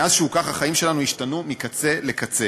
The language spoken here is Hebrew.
מאז שהוא כך, החיים שלנו השתנו מקצה לקצה.